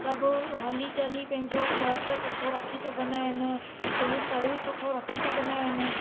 सभु हली चली पंहिंजो स्वास्थ्यु सुठो रखी सघंदा आहिनि पंहिंजो शरीर सुठो रखी सघंदा आहिनि